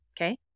Okay